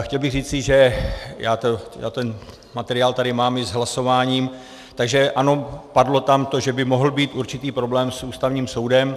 Chtěl bych říci, že já ten materiál tady mám i s hlasováním, takže ano, padlo tam, že by mohl být určitý problém s Ústavním soudem.